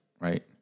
right